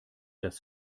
das